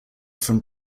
from